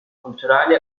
culturali